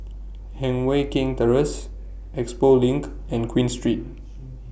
Heng Mui Keng Terrace Expo LINK and Queen Street